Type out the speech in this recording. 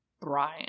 Brian